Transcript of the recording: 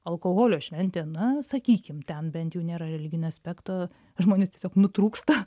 alkoholio šventė na sakykim ten bent jau nėra religinio aspekto žmonės tiesiog nutrūksta